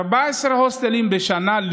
לסגור 14 הוסטלים בשנה,